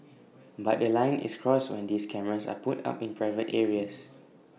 but A line is crossed when these cameras are put up in private areas